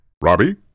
Robbie